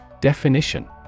Definition